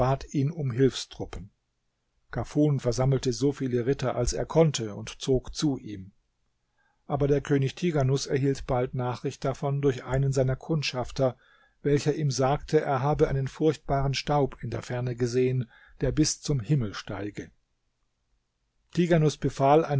ihn um hilfstruppen kafun versammelte so viele ritter als er konnte und zog zu ihm aber der könig tighanus erhielt bald nachricht davon durch einen seiner kundschafter welcher ihm sagte er habe einen furchtbaren staub in der ferne gesehen der bis zum himmel steige tighanus befahl